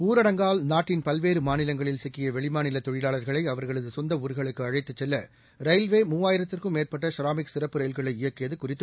ஊரடங்கால் நாட்டின் பல்வேறுமாநிலங்களில் சிக்கியவெளிமாநிலதொழிலாளர்களை அவர்களது சொந்தஊர்களுக்கு அழைத்துச் செல்லரயில்வே மூவாயிரத்திற்கும் மேற்பட்ட விராமிக் சிறப்பு ரயில்களை இயக்கியதுகுறித்து